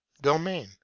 domain